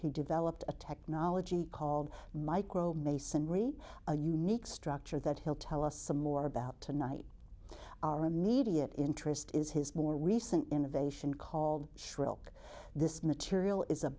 he developed a technology called micro masonry a unique structure that he'll tell us some more about tonight our immediate interest is his more recent innovation called shrill this material is a